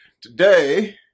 Today